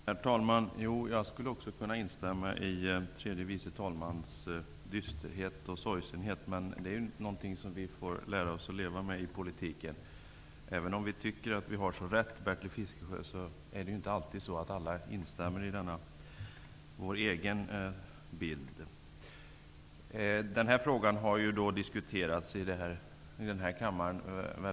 Herr talman! Jag skulle också kunna instämma i tredje vice talmannens dysterhet och sorgsenhet, men detta är något som vi måste lära oss att leva med i politiken. Även om vi tycker att vi har rätt, Bertil Fiskesjö, är det inte alltid så att alla instämmer i den egna bilden. Denna fråga har väldigt länge diskuterats i denna kammare.